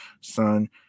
son